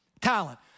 talent